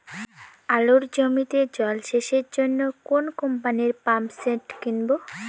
আলুর জমিতে জল সেচের জন্য কোন কোম্পানির পাম্পসেট কিনব?